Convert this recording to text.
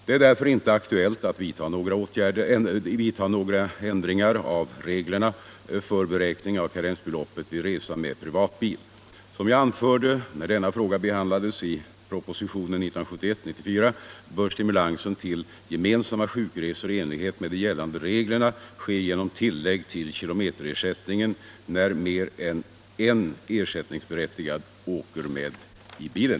Det är därför inte aktuellt att vidta några ändringar av reglerna för beräkning av karensbeloppet vid resa med privatbil. Som jag anförde när denna fråga behandlades i propositionen 94 år 1971 bör stimulansen till gemensamma sjukresor i enlighet med de gällande reglerna ske genom tillägg till kilometerersättningen när mer än en ersättningsberättigad åker med i bilen.